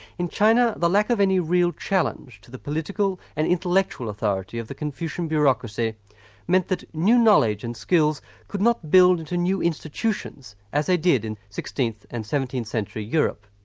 in china, the lack of any real challenge to the political and intellectual authority of the confucian bureaucracy meant that new knowledge and skills could not build into new institutions as they did in sixteenth and seventeenth century europe.